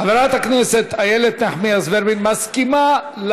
חברת הכנסת איילת נחמיאס ורבין, מסכימה.